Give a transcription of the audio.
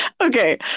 Okay